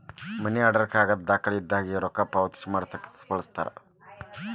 ಮನಿ order ಕಾಗದದ್ ದಾಖಲೆ ಇದ್ದಂಗ ರೊಕ್ಕಾ ಪಾವತಿ ಮಾಡಾಕ ಬಳಸ್ತಾರ